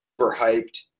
overhyped